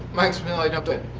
mike spinelli, don't do it.